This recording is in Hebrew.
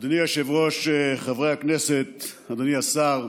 אדוני היושב-ראש, חברי הכנסת, אדוני השר,